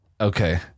okay